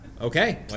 okay